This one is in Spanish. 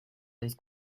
seis